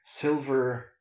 silver